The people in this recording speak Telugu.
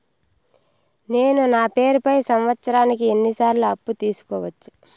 నేను నా పేరుపై సంవత్సరానికి ఎన్ని సార్లు అప్పు తీసుకోవచ్చు?